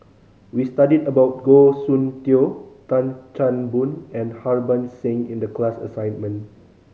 we studied about Goh Soon Tioe Tan Chan Boon and Harbans Singh in the class assignment